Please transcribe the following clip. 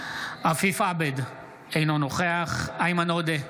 בהצבעה עפיף עבד, אינו נוכח איימן עודה,